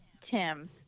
Tim